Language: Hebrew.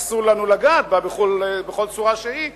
אסור לנו לגעת בה בכל צורה שהיא.